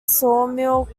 sawmill